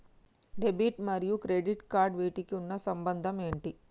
Debit మరియు credit cards వీటికి ఉన్న సంబంధం ఏంటి?